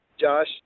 Josh